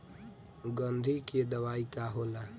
गंधी के दवाई का होला?